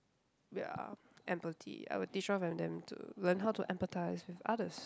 ya empathy I would teach all of them to learn how to empathize with others